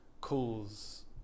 calls